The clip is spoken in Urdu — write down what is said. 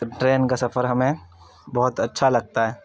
تو ٹرین کا سفر ہمیں بہت اچّھا لگتا ہے